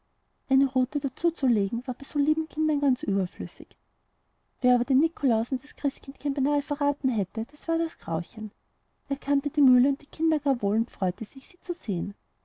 eine rute dazuzulegen war bei so lieben kindern ganz überflüssig wer aber den nikolaus und das christkindchen beinahe verraten hätte das war das grauchen er kannte die mühle und die kinder gar wohl und freute sich sie zu sehen